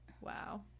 Wow